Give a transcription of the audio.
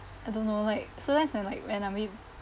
I don't know like so that's when like when I'm in